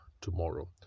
tomorrow